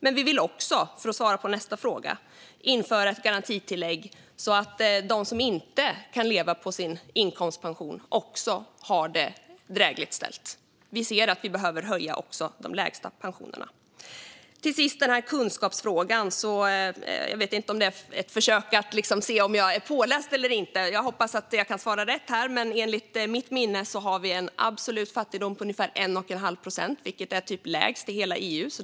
Men vi vill också, som svar på nästa fråga, införa ett garantitillägg så att den som inte kan leva på sin inkomstpension också får det drägligt ställt. Vi ser att vi behöver höja också de lägsta pensionerna. Till sist ska jag svara på kunskapsfrågan. Jag vet inte om det är ett försök att se om jag är påläst eller inte, men jag hoppas att jag kan svara rätt. Enligt mitt minne har vi en absolut fattigdom på ungefär 1 1⁄2 procent, vilket är typ lägst i hela EU.